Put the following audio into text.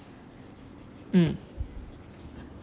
mm